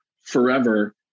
forever